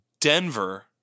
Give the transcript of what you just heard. Denver